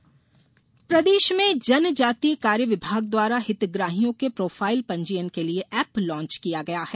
कम्प्युटीकरण प्रदेश में जनजातीय कार्य विभाग द्वारा हितग्राहियों के प्रोफाइल पंजीयन के लिए ऐप लांच किया गया है